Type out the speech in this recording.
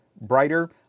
brighter